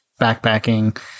backpacking